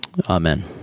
Amen